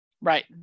right